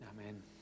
amen